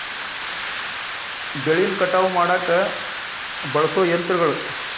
ಬೆಳಿನ ಕಟಾವ ಮಾಡಾಕ ಬಳಸು ಯಂತ್ರಗಳು